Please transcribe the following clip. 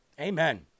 Amen